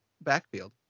backfield